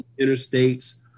interstates